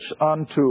unto